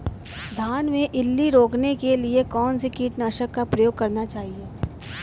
धान में इल्ली रोकने के लिए कौनसे कीटनाशक का प्रयोग करना चाहिए?